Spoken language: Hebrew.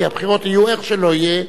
כי הבחירות יהיו איך שלא יהיה,